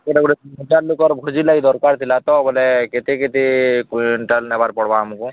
ସେଇଟା ଗୋଟେ ହଜାର ଲୋକର ଭୋଜି ଲାଗି ଦରକାର ଥିଲା ତ ବୋଲେ କେତେ କେତେ କ୍ୱିଣ୍ଟାଲ୍ର ନେବାର ପଡ଼ିବ ଆମକୁ